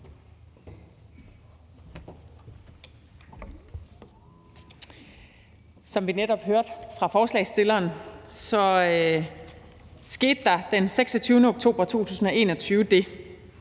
Som vi netop hørte fra ordføreren for forslagsstillerne, skete der den 26. oktober 2021 det,